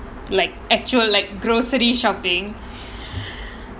like actual like grocery shopping